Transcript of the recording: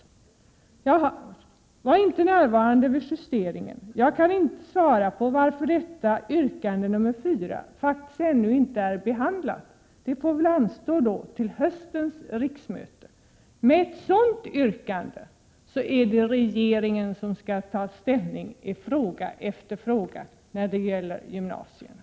Jag var inte närvarande vid justeringen i utskottet och jag kan inte svara på varför detta yrkande nr 4 faktiskt ännu inte är behandlat. Det får tydligen anstå till höstens riksmöte. Med ett sådant yrkande är det regeringen som skall ta ställning i fråga efter fråga när det gäller gymnasierna.